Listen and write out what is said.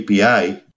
API